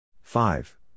Five